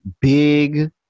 big